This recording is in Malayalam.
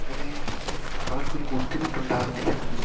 അത് അവിടെ അവർക്കൊരു ബുദ്ധിമുട്ടുണ്ടാവുന്നില്ല